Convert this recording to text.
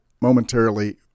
momentarily